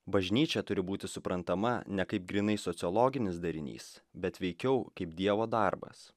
bažnyčia turi būti suprantama ne kaip grynai sociologinis darinys bet veikiau kaip dievo darbas